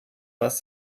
was